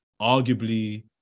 Arguably